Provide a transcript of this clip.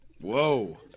Whoa